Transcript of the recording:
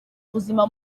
ubuzima